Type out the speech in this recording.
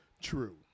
true